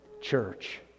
Church